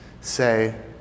say